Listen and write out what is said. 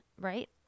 right